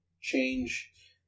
change